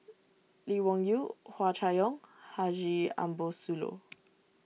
Lee Wung Yew Hua Chai Yong Haji Ambo Sooloh